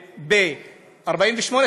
ב-48',